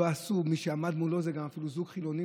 מי שעמד מולו זה גם אפילו זוג חילוני,